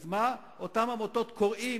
אז מה, אותן עמותות קוראות